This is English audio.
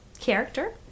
character